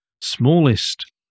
smallest